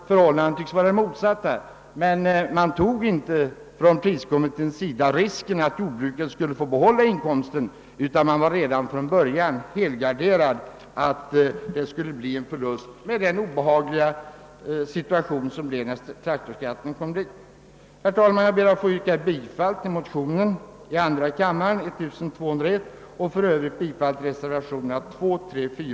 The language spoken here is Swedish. Förhållandet här tycks vara det motsatta, priskommittén tog inte risken att jordbruket skulle få be hålla inkomsten, utan man såg till att man redan från början var helgarderad för att det skulle bli en förlust genom den obehagliga situation som uppstod när traktorskatten tillkom. Herr talman! Jag yrkar bifall till samtliga reservationer.